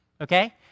okay